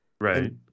right